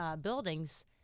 buildings